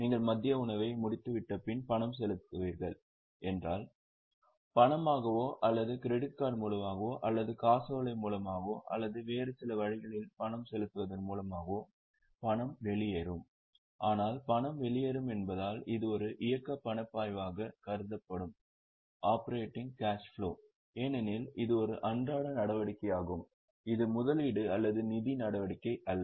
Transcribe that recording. நீங்கள் மதிய உணவை முடித்துவிட்டப்பின் பணம் செலுத்துங்கள் என்றால் பணமாகவோ அல்லது கிரெடிட் கார்டு மூலமாகவோ அல்லது காசோலை மூலமாகவோ அல்லது வேறு சில வழிகளில் பணம் செலுத்துவதன் மூலமாகவோ பணம் வெளியேறும் ஆனால் பணம் வெளியேறும் என்பதால் இது ஒரு இயக்க பணப்பாய்வாக கருதப்படும் ஏனெனில் இது ஒரு அன்றாட நடவடிக்கையாகும் இது முதலீடு அல்லது நிதி நடவடிக்கை அல்ல